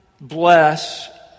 bless